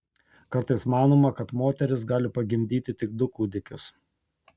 kartais manoma kad moteris gali pagimdyti tik du kūdikius